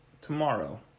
tomorrow